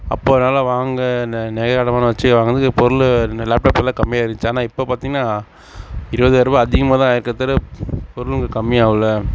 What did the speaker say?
அப்போது என்னால் வாங்க நெ நெகை அடமானம் வெச்சு வாங்கினத்துக்கு பொருள் இந்த லேப்டாப் வெலை கம்மியாக இருந்துச்சி ஆனால் இப்போ பார்த்தீங்கன்னா இருபதாயிருவா அதிகமாக தான் ஆகிருக்கே தவிர பொருளும் வந்து கம்மியாகல